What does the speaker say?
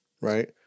Right